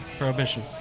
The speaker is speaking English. prohibition